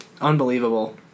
unbelievable